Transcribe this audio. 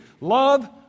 love